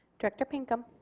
director pinkham